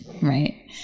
Right